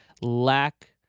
lack